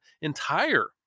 entire